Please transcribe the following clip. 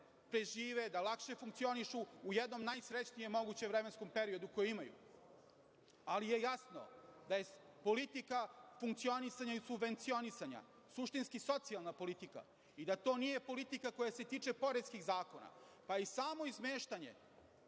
prežive, da lakše funkcionišu u jednom najsrećnijem mogućem vremenskom periodu koji imaju, ali je jasno da je politika funkcionisanja i subvencionisanja suštinski socijalna politika i da to nije politika koja se tiče poreskih zakona. I samo izmeštanje